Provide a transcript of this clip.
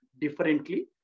differently